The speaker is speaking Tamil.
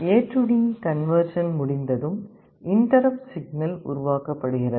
ஏடி கன்வெர்சன் முடிந்ததும் இன்ட்டரப்ட் சிக்னல் உருவாக்கப்படுகிறது